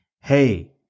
hey